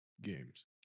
games